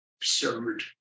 absurd